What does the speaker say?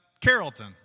Carrollton